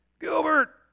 Gilbert